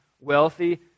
wealthy